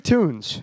Tunes